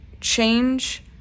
change